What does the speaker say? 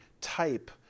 type